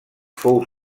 fou